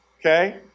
Okay